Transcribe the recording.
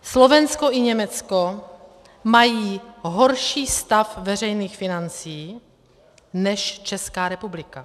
Slovensko i Německo mají horší stav veřejných financí než Česká republika.